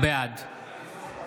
בעד